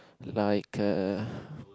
like err